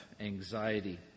anxiety